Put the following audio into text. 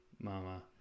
Mama